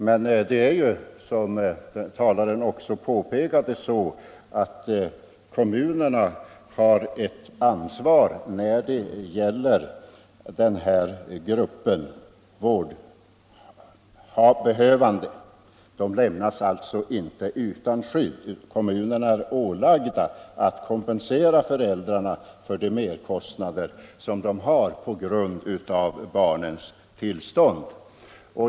Men som talaren också påpekade har ju kommunerna ett ansvar när det gäller den här gruppen av vårdbehövande. Barnen lämnas alltså inte utan skydd. Kommunerna är ålagda att kompensera föräldrarna för de merkostnader som de har på grund av barnens tillstånd.